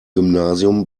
gymnasium